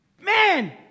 Man